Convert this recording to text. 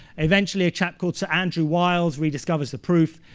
eventually a chap called sir andrew wiles rediscovers the proof.